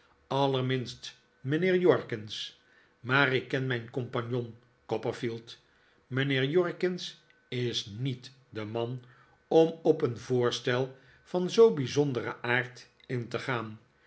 allerminst mijnheer jorkins maar ik ken mijn compagnon copperfield mijnheer jorkins is n i e t de man om op een voorstel van zoo bijzonderen aard in te gaan